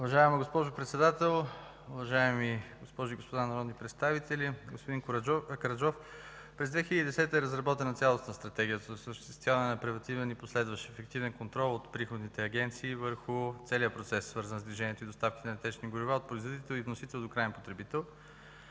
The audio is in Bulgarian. Уважаема госпожо Председател, уважаеми госпожи и господа народни представители, господин Караджов! През 2010 г. е разработена цялостна стратегия за осъществяване на превантивен и последващ ефективен контрол от приходните агенции върху целия процес, свързан с движението и доставките на течни горива от производител и вносител до краен потребител.